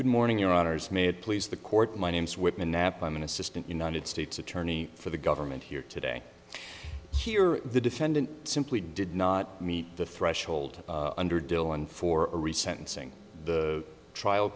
good morning your honour's made it please the court my name's whitman knapp i'm an assistant united states attorney for the government here today here the defendant simply did not meet the threshold under dylan for a recent sing the trial